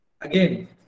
again